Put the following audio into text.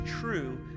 true